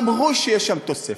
אמרו שיש שם תוספת.